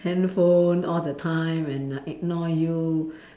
handphone all the time and uh ignore you